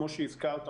כמו שהזכרת,